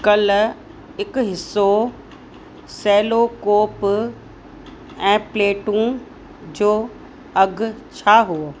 काल्ह हिकु हिसो सैलो कोप ऐं प्लेटूं जो अघ छा हुओ